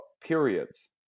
periods